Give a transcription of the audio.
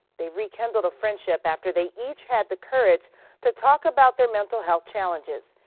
they rekindled a friendship after they each had the courage to talk about their mental health challenges.